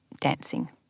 dancing